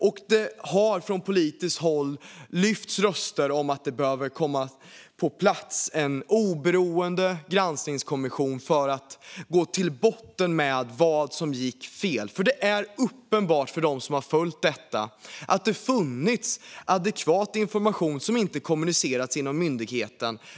Och det har från politiskt håll hörts röster om att det behöver komma på plats en oberoende granskningskommission för att gå till botten med vad som gick fel. Det är nämligen uppenbart för dem som har följt detta att det funnits adekvat information som inte kommunicerats inom myndigheten.